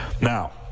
Now